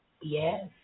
Yes